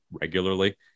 regularly